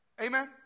Amen